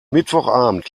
mittwochabend